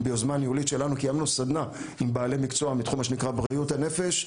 ביוזמה ניהולית שלנו קיימנו סדנה עם בעלי מקצוע מתחום בריאות הנפש,